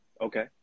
Okay